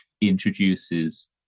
introduces